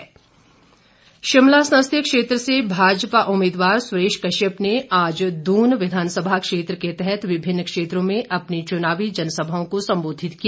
भाजपा प्रचार शिमला संसदीय क्षेत्र से भाजपा उम्मीदवार सुरेश कश्यप ने आज दून विधानसभा क्षेत्र के तहत विभिन्न क्षेत्रों में अपनी चुनावी जनसभाओं को संबोधित किया